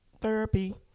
therapy